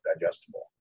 digestible